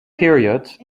period